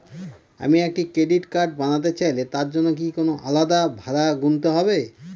আমি একটি credit card বানাতে চাইলে তার জন্য কি কোনো আলাদা ভাড়া গুনতে হবে?